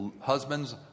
husbands